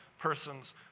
persons